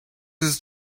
his